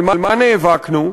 על מה נאבקנו.